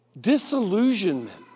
disillusionment